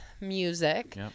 music